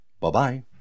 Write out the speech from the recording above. Bye-bye